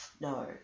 No